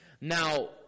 Now